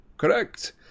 Correct